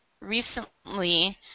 Recently